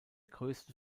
größten